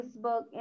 facebook